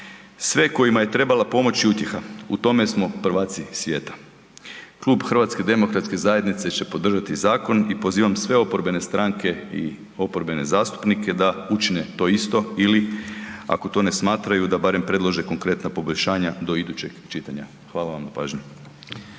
sve kojima je trebala pomoć i utjeha, u tome smo prvaci svijeta. Klub HDZ-a će podržati zakon i pozivam sve oporbene stranke i oporbene zastupnike da učine to isto ili ako to ne smatraju da barem predlože konkretna poboljšanja do idućeg čitanja. Hvala vam na pažnji.